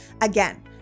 Again